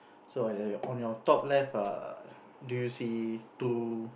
so ah on your top left ah do you see two